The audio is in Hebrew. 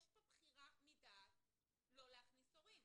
יש כאן בחירה מדעת לא להכניס הורים